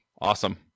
Awesome